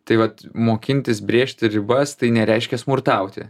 tai vat mokintis brėžti ribas tai nereiškia smurtauti